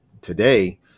today